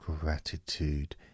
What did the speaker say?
gratitude